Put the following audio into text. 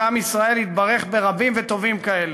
ועם ישראל התברך ברבים וטובים כאלה.